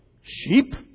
sheep